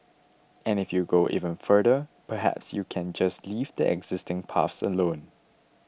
and if you go even further perhaps you can just leave the existing paths alone